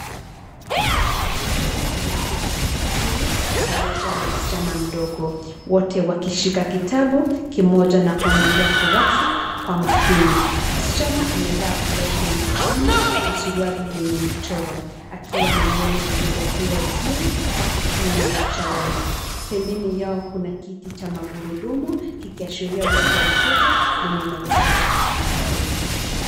Mwalimu ameketi sakafuni pamoja na msichana mdogo. Wote wakishika kitabu kimoja na kuangalia kurasa kwa makini. Msichana amevaa blauzi ya manjano na suruali yenye michoro, akiwa na nyewele zilizofungwa vizuri kwa kipini cha rangi. Pembeni yao kuna kitu cha magurudumu kikiashiria uwepo wa mtoto wenye mahitaji maalum.